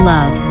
Love